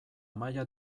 maila